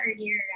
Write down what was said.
earlier